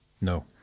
No